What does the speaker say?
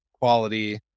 quality